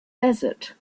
desert